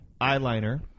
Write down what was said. eyeliner